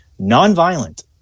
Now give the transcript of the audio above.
Nonviolent